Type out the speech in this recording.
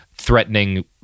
Threatening